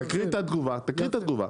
תקריא את התגובה, תקריא את התגובה.